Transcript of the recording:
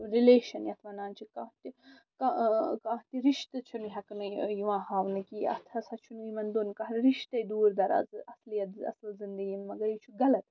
relation یَتھ وَنان چھِ کانٛہہ تہِ کانہہ کانٛہہ تہِ رِشتہٕ چھُنہٕ ہیکنٕے یِوان ہاونہٕ کہِ اَتھ ہسا چھُنہٕ یِمن دۄن کانٛہہ رِشتے دوٗر دَرازٕ اَصلیت اَصٕل زِندی مَگر یہِ چھُ غلط